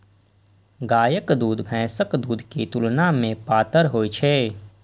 गायक दूध भैंसक दूध के तुलना मे पातर होइ छै